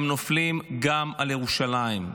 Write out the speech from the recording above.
הם נופלים גם על ירושלים,